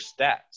stats